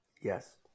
Yes